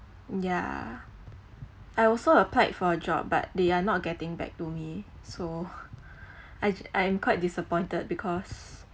ya I also applied for a job but they are not getting back to me so I I am quite disappointed because